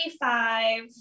five